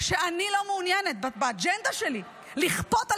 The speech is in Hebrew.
שאני לא מעוניינת באג'נדה שלי לכפות על